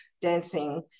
dancing